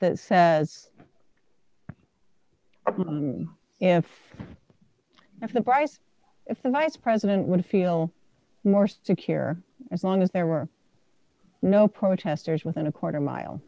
that says if that's the price if the vice president would feel more secure as long as there were no protesters within a quarter mile